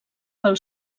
pel